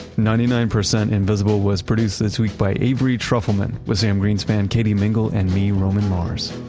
ninety nine percent invisible was produced this week by avery trufelman with sam greenspan, katie mingle, and me, roman mars.